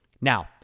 Now